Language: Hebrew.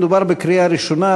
מדובר בקריאה ראשונה,